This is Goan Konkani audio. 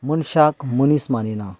मनशाक मनीस माननात